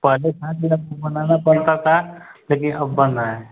पहले था नियम वह बनाना पड़ता था लेकिन अब बन रहे हैं